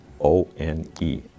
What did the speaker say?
O-N-E